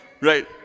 Right